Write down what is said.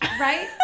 Right